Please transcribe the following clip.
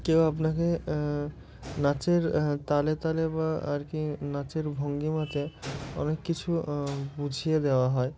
কেউ আপনাকে নাচের তালে তালে বা আর কি নাচের ভঙ্গিমাতে অনেক কিছু বুঝিয়ে দেওয়া হয়